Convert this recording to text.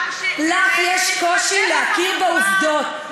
לך יש קושי להכיר בעובדות,